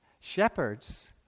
Shepherds